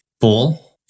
full